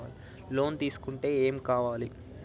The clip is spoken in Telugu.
లోన్ తీసుకుంటే ఏం కావాలి?